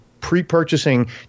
pre-purchasing